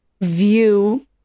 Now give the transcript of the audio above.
view